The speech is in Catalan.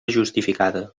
justificada